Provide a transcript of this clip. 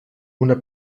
una